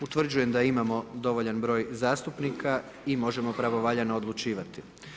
Utvrđujem da imamo dovoljan broj zastupnika i možemo pravovaljano odlučivati.